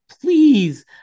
please